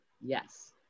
Yes